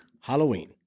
Halloween